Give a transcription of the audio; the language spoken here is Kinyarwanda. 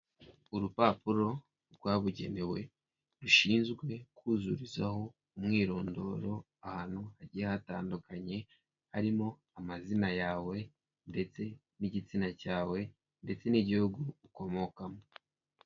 Urupapuro rwabugenewe rushinzwe kuzurizaho umwirondoro ahantu hagiye hatandukanye, harimo amazina yawe ndetse n'igitsina cyawe ndetse n'igihugu ukomokamo.